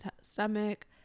stomach